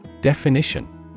Definition